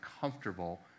comfortable